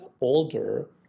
older